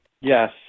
Yes